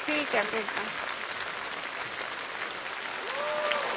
ठीक ऐ फिर तां